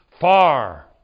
far